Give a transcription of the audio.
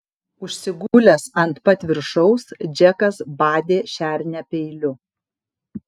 užsigulęs ant pat viršaus džekas badė šernę peiliu